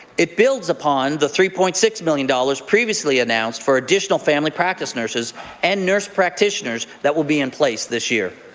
it builds upon the three point six million dollars previously announced for additional family practice nurses and nurse practitioners that will be in place this year.